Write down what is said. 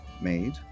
made